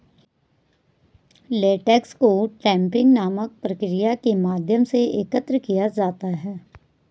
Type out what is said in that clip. latex को tapping नामक प्रक्रिया के माध्यम से एकत्र किया जाता है